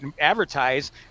advertise